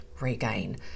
regain